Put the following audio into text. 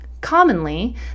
Commonly